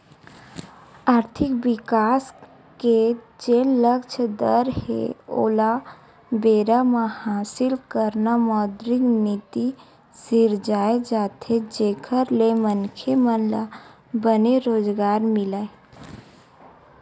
आरथिक बिकास के जेन लक्छ दर हे ओला बेरा म हासिल करना मौद्रिक नीति सिरजाये जाथे जेखर ले मनखे मन ल बने रोजगार मिलय